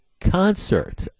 concert